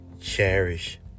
cherish